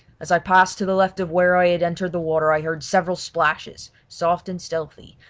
as i passed to the left of where i had entered the water i heard several splashes, soft and stealthy,